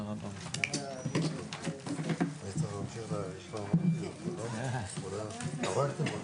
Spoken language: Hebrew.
ננעלה בשעה 14:00.